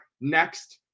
next